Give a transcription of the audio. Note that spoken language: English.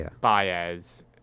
Baez